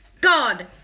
God